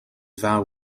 vow